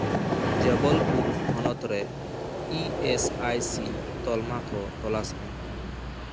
ᱡᱚᱵᱚᱞᱯᱩᱨ ᱦᱚᱱᱚᱛ ᱨᱮ E S I C ᱛᱟᱞᱢᱟ ᱠᱚ ᱛᱚᱞᱟᱥ ᱢᱮ